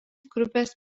grupės